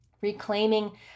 reclaiming